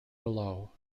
below